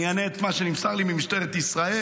אני אענה את מה שנמסר לי ממשטרת ישראל: